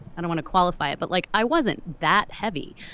and i want to qualify but like i wasn't that heavy.